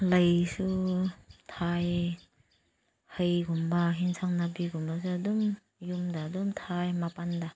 ꯂꯩꯁꯨ ꯊꯥꯏ ꯍꯩꯒꯨꯝꯕ ꯌꯦꯟꯁꯥꯡ ꯅꯥꯄꯤꯒꯨꯝꯕꯁꯨ ꯑꯗꯨꯝ ꯌꯨꯝꯗ ꯑꯗꯨꯝ ꯊꯥꯏ ꯃꯄꯥꯟꯗ